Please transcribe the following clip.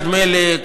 נדמה לי,